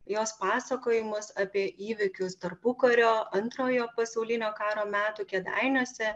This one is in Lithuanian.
jos pasakojimus apie įvykius tarpukario antrojo pasaulinio karo metų kėdainiuose